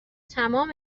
تمام